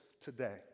today